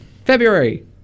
February